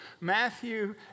Matthew